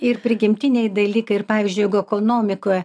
ir prigimtiniai dalykai ir pavyzdžiui jeigu ekonomikoje